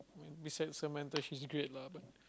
I mean besides Samantha she's great lah but